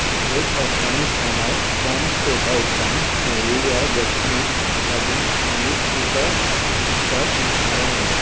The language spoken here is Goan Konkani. उदेंत अफगाणिस्तानांत बॉम्ब स्फोटा उपरांत मेळिल्ल्या जखमींक लागून आनीक एका मनशाक मरण आयलें